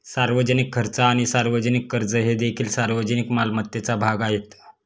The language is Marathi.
सार्वजनिक खर्च आणि सार्वजनिक कर्ज हे देखील सार्वजनिक मालमत्तेचा भाग आहेत